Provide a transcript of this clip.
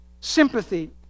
sympathy